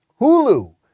Hulu